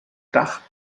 dach